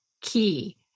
key